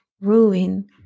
ruin